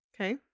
Okay